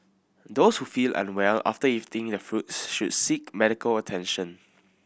those who feel unwell after eating the fruits should seek medical attention